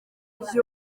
ati